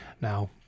Now